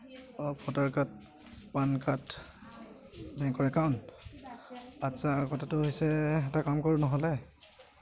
অ' voter card PAN card বেংকৰ account আচ্ছা কথাটো হৈছে এটা কাম কৰোঁ নহ'লে